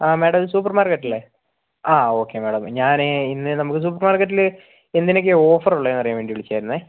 ആ മേഡം ഇത് സൂപ്പർ മാർക്കറ്റല്ലേ ആ ഓക്കെ മേഡം ഞാനേ ഇന്ന് നമുക്ക് സൂപ്പർ മാർക്കറ്റിൽ എന്തിനൊക്കെയാണ് ഓഫർ ഉള്ളതെന്ന് അറിയാൻ വേണ്ടി വിളിച്ചതായിരുന്നേ